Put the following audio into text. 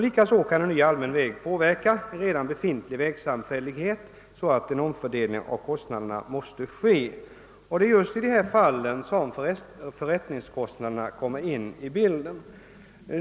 Likaså kan en ny allmän väg påverka redan befintlig vägsamfällighet, så att en omfördelning av kostnaderna måste ske. Det är just i sådana fall som förrättningskostnaderna kommer in i bilden.